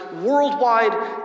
worldwide